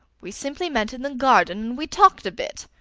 we simply met in the garden, and we talked a bit.